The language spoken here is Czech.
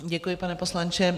Děkuji, pane poslanče.